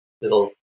Little